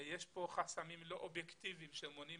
- יש כאן חסמים לא אובייקטיבים שמונעים